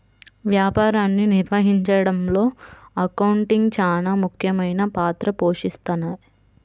వ్యాపారాన్ని నిర్వహించడంలో అకౌంటింగ్ చానా ముఖ్యమైన పాత్ర పోషిస్తది